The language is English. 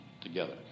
together